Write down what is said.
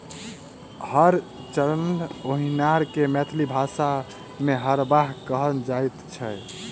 हर चलओनिहार के मैथिली भाषा मे हरवाह कहल जाइत छै